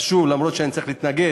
אז שוב, אומנם אני צריך להתנגד,